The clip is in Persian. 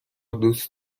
دوست